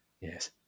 Yes